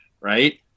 Right